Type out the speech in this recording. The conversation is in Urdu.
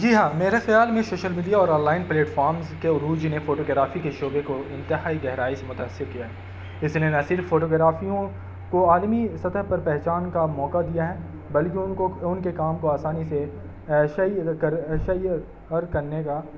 جی ہاں میرے خیال میں شوشل میڈیا اور آن لائن پلیٹفارمس کے عروج نے فوٹوگرافی کے شعبے کو انتہائی گہرائی سے متاثر کیا اس نے نہ صرف فوٹوگرافیوں کو عالمی سطح پر پہچان کا موقع دیا ہے بلکہ ان کو ان کے کام کو آسانی سے شی کر شیئر کرنے کا